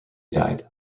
died